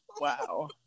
Wow